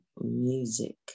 music